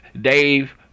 Dave